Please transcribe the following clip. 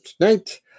tonight